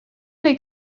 les